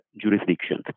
jurisdictions